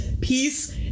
peace